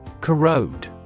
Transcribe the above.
Corrode